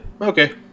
okay